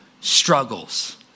struggles